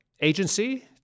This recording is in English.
agency